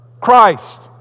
Christ